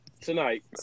tonight